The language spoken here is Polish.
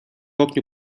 oknie